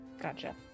Gotcha